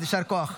אז יישר כוח.